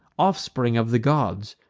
offspring of the gods,